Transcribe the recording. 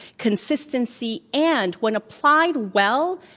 consistency, and when applied well,